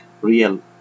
real